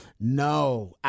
No